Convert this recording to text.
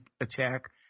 attack